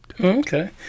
Okay